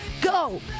Go